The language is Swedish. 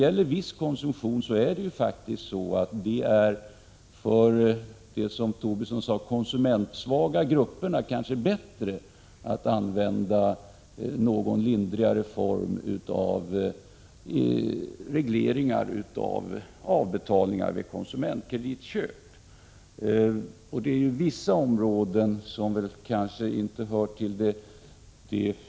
I fråga om viss konsumtion är det faktiskt, som Lars Tobisson sade, kanske bättre för de konsumentsvaga grupperna, om det används någon lindrigare form av regleringar när det gäller avbetalningar vid konsumentkreditköp. På vissa områden, som kanske inte hör till de Prot.